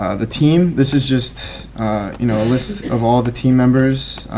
ah the team, this is just you know a list of all the team members.